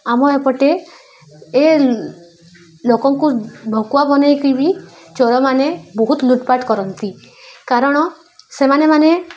ଆମ ଏପଟେ ଏ ଲୋକଙ୍କୁ ଭକୁଆ ବନେଇକି ବି ଚୋରମାନେ ବହୁତ ଲୁଟପାଟ କରନ୍ତି କାରଣ ସେମାନେମାନେ